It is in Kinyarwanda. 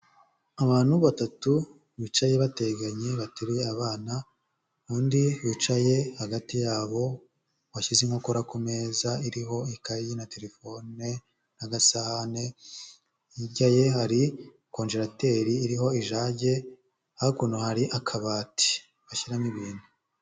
Abantu batatu bicaye bateganye bateruye abana, undi wicaye hagati yabo washyize inkokora ku meza iriho ikayi na telefone n'agasahane, hirya ye hari konjerateri iriho ijage, hakuno hari akabati bashyiramo ibintu.